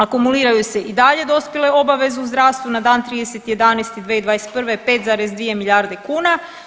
Akumuliraju se i dalje dospjele obaveze u zdravstvu na dan 30.11.2021. 5,2 milijarde kuna.